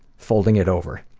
folding it over.